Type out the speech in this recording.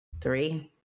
Three